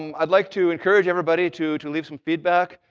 um i'd like to encourage everybody to to leave some feedback.